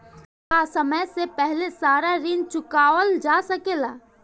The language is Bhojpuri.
का समय से पहले सारा ऋण चुकावल जा सकेला?